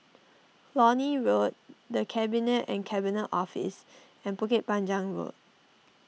Lornie Road the Cabinet and Cabinet Office and Bukit Panjang Road